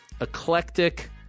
eclectic